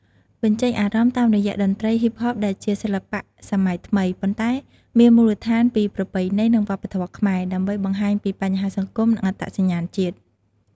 បញ្ចេញអារម្មណ៍ តាមរយៈតន្ត្រី ហ៊ីបហបដែលជាសិល្បៈសម័យថ្មី ប៉ុន្តែមានមូលដ្ឋានពីប្រពៃណី និងវប្បធម៌ខ្មែរ ដើម្បីបង្ហាញពីបញ្ហាសង្គម និងអត្តសញ្ញាណជាតិ។